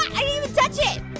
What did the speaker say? i didn't even touch it.